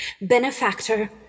Benefactor